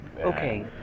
Okay